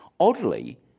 Oddly